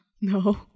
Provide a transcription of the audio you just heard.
No